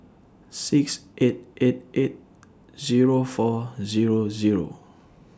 six eight eight eight Zero four Zero Zero